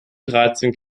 dreizehn